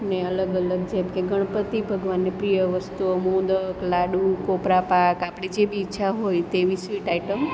અને અલગ અલગ જેમકે ગણપતિ ભગવાનની પ્રિય વસ્તુઓ મોદક લાડુ કોપરાપાક આપણે જે બી ઈચ્છા હોય તેવી સ્વીટ આઈટમ